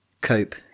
Cope